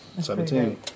Seventeen